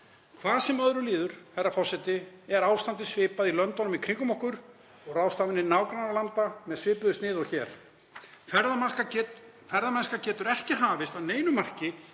Hvað sem öðru líður, herra forseti, er ástandið svipað í löndunum í kringum okkur og ráðstafanir nágrannalanda með svipuðu sniði og hér. Ferðamennska getur ekki hafist að neinu marki